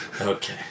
okay